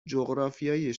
جغرافیای